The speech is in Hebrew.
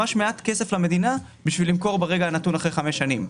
ממש מעט כסף למדינה כדי למכור ברגע הנתון אחרי חמש שנים.